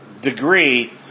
degree